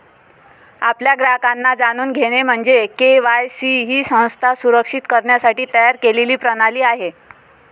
आपल्या ग्राहकांना जाणून घेणे म्हणजे के.वाय.सी ही संस्था सुरक्षित करण्यासाठी तयार केलेली प्रणाली आहे